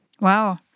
Wow